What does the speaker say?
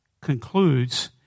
concludes